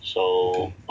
okay